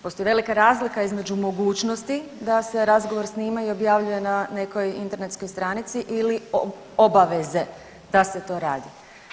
Postoji velika razlika između mogućnosti da se razgovor snima i objavljuje na nekoj internetskoj stranici ili obaveze da se to radi.